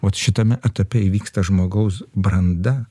vat šitame etape įvyksta žmogaus branda